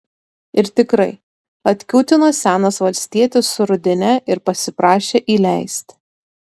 ir tikrai atkiūtino senas valstietis su rudine ir pasiprašė įleisti